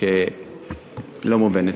שלא מובנת.